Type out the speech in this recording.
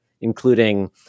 including